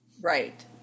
Right